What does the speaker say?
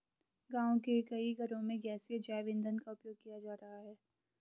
गाँव के कई घरों में गैसीय जैव ईंधन का उपयोग किया जा रहा है